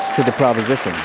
to the proposition.